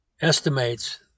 estimates